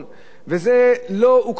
זה לא הוכחש על-ידי אף אחד.